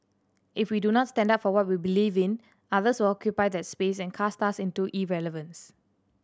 if we do not stand up for what we believe in others will occupy that space and cast us into irrelevance